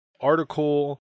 article